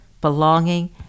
belonging